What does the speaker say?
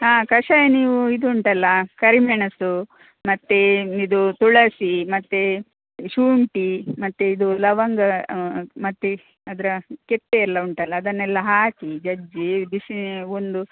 ಹಾಂ ಕಷಾಯ ನೀವು ಇದು ಉಂಟಲ್ಲಾ ಕರಿಮೆಣಸು ಮತ್ತೆ ಇದು ತುಳಸಿ ಮತ್ತೆ ಶುಂಠಿ ಮತ್ತೆ ಇದು ಲವಂಗ ಮತ್ತೆ ಅದರ ಕೆತ್ತೆ ಎಲ್ಲ ಉಂಟಲ್ಲಾ ಅದನ್ನೆಲ್ಲ ಹಾಕಿ ಜಜ್ಜಿ ಬಿಸಿ ಒಂದು